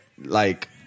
like-